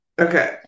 Okay